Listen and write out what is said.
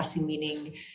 meaning